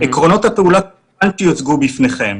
עקרונות הפעולה יוצגו בפניכם.